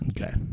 Okay